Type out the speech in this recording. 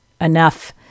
enough